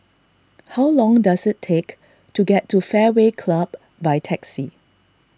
how long does it take to get to Fairway Club by taxi